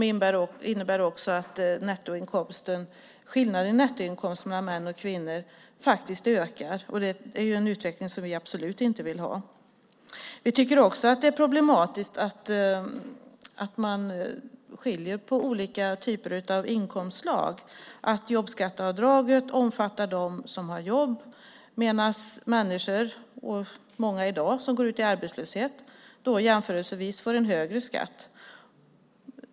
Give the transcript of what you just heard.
De innebär också att skillnaderna i nettoinkomst mellan män och kvinnor faktiskt ökar, och det är en utveckling som vi absolut inte vill ha. Vi tycker också att det är problematiskt att man skiljer på olika typer av inkomstslag. Jobbskatteavdraget omfattar dem som har jobb, medan många som i dag går ut i arbetslöshet får en jämförelsevis högre skatt.